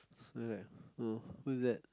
so I was like oh who who is that